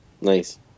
Nice